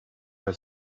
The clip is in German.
bei